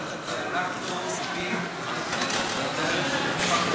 אנחנו עובדים על זה בערך,